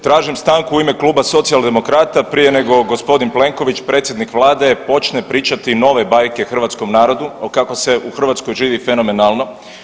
Tražim stanku u ime Kluba Socijaldemokrata prije nego g. Plenković predsjednik vlade počne pričati nove bajke hrvatskom narodu kako se u Hrvatskoj živi fenomenalno.